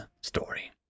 story